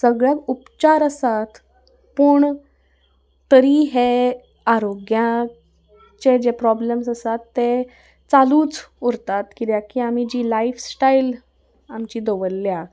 सगळ्याक उपचार आसात पूण तरी हे आरोग्यांचे जे प्रोब्लम्स आसात ते चालूच उरतात कित्याक की आमी जी लायफस्टायल आमची दवरल्या